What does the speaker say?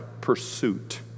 pursuit